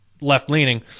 left-leaning